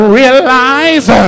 realize